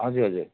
हजुर हजुर